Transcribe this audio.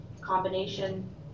combination